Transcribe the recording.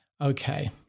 Okay